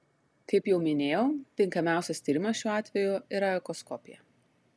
kaip jau minėjau tinkamiausias tyrimas šiuo atveju yra echoskopija